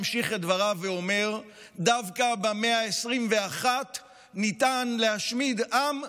ממשיך את דבריו ואומר: דווקא במאה ה-21 ניתן להשמיד עם ברגע.